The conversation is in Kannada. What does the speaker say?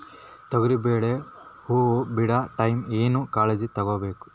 ತೊಗರಿಬೇಳೆ ಹೊವ ಬಿಡ ಟೈಮ್ ಏನ ಕಾಳಜಿ ತಗೋಬೇಕು?